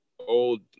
Old